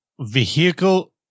vehicle